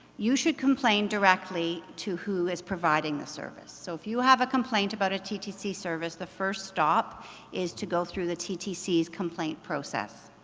you should complain directly to who is providing the service, so if you have a complaint about a ttc service, the first stop is to go through the ttc's complaint process.